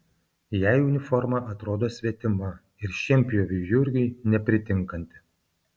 jai uniforma atrodo svetima ir šienpjoviui jurgiui nepritinkanti